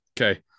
okay